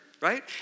right